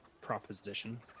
proposition